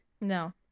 no